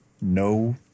no